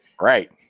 Right